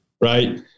Right